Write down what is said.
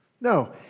No